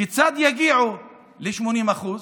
כיצד יגיעו ל-80% ?